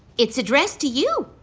it's addressed to you.